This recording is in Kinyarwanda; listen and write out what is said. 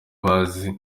bazi